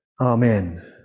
Amen